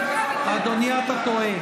אתה טועה.